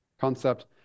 concept